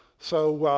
so